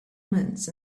omens